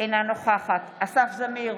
אינו נוכח תמר זנדברג,